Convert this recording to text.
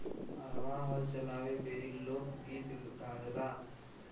हरवाह हल चलावे बेरी लोक गीत गावेले